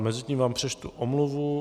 Mezitím vám přečtu omluvu.